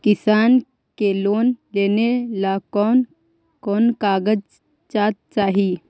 किसान के लोन लेने ला कोन कोन कागजात चाही?